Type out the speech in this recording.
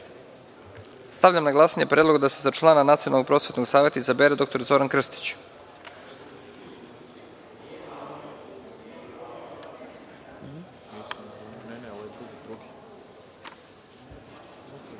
na glasanje predlog da se za člana Nacionalnog prosvetnog saveta izabere dr Zoran Krstić. Molim